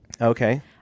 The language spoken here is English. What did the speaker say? okay